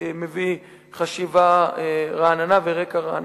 שמביא חשיבה רעננה ורקע רענן.